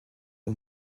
aux